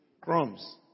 Crumbs